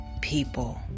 people